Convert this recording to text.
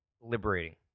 liberating